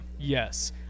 Yes